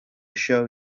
show